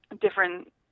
different